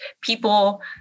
people